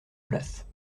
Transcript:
place